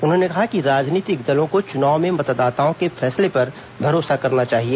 उन्होंने कहा कि राजनीतिक दलों को चुनाव में मतदाताओं के फैसले पर भरोसा करना चाहिए